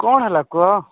କ'ଣ ହେଲା କୁହ